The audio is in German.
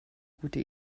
gute